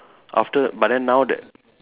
after but then now that